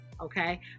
okay